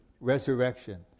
resurrection